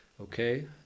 Okay